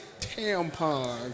tampons